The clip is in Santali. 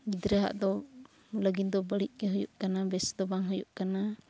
ᱜᱤᱫᱽᱨᱟᱹᱣᱟᱜ ᱫᱚ ᱵᱟᱹᱲᱤᱡ ᱜᱮ ᱦᱩᱭᱩᱜ ᱠᱟᱱᱟ ᱵᱮᱥ ᱫᱚ ᱵᱟᱝ ᱦᱩᱭᱩᱜ ᱠᱟᱱᱟ